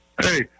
Hey